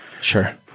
Sure